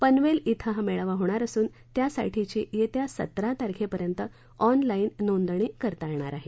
पनवेल धि हा मेळावा होणार असून त्यासाठीची येत्या सतरा तारखेपर्यंत ऑनलाईन नोंदणी करता येणार आहे